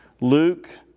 Luke